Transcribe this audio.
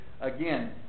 again